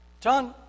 John